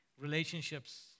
relationships